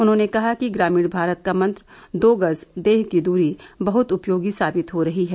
उन्होंने कहा कि ग्रामीण भारत का मंत्र दो गज देह की दूरी बहुत उपयोगी साबित हो रहा है